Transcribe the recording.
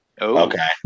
Okay